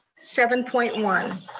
seven point one.